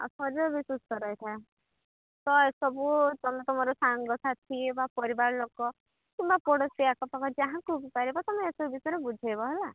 ଆଉ ବି ସୁସ୍ଥ ରହିଥା ତ ଏସବୁ ତମେ ତୁମର ସାଙ୍ଗସାଥି ବା ପରିବାର ଲୋକ କିମ୍ବା ପଡ଼ୋଶୀ ଆଖପାଖ ଯାହାକୁ ପାରିବ ତୁମେ ଏସବୁ ବିଷୟରେ ବୁଝେଇବ ହେଲା